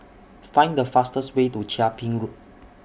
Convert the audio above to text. Find The fastest Way to Chia Ping Road